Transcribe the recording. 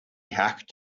hacked